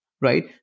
Right